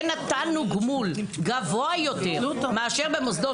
כן נתנו גמול גבוה יותר מאשר במוסדות